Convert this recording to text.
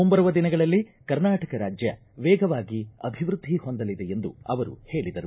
ಮುಂಬರುವ ದಿನಗಳಲ್ಲಿ ಕರ್ನಾಟಕ ರಾಜ್ಯ ವೇಗವಾಗಿ ಅಭಿವೃದ್ಧಿ ಹೊಂದಲಿದೆ ಎಂದು ಅವರು ಹೇಳಿದರು